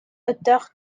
autour